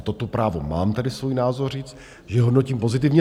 Toto právo mám, tady svůj názor říct, že ji hodnotím pozitivně.